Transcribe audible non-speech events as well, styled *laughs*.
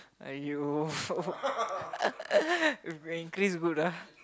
!aiyo! *laughs* if will increase good lah